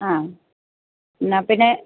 ആ എന്നാല്പ്പിന്നെ